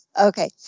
Okay